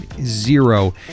zero